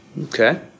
Okay